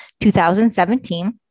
2017